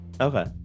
Okay